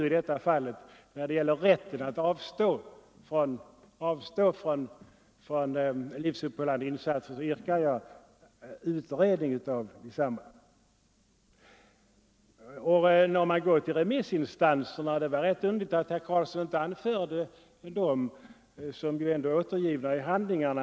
I detta fall gäller det rätten att avstå från livsuppehållande insatser. Det var underligt att herr Karlsson inte anförde remissvaren som ändå är återgivna i handlingarna.